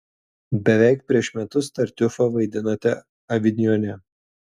beveik prieš metus tartiufą vaidinote avinjone